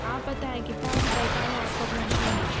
آپ بتائیں کتنا وقت درکار ہے آپ کو پہنچنے میں